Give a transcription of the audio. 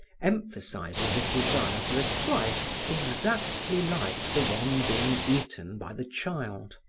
emphasizing his desire for a slice exactly like the one being eaten by the child.